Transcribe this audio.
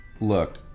look